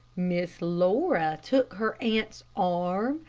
miss laura took her aunt's arm,